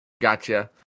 gotcha